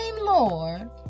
Lord